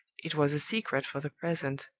it was a secret for the present,